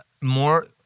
more